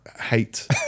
hate